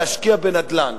להשקיע בנדל"ן.